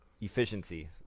efficiency